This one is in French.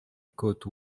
côte